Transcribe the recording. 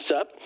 up